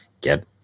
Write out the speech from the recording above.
get